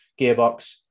gearbox